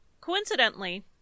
Coincidentally